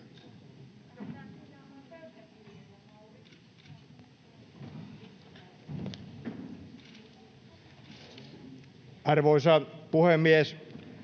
Arvoisa puhemies!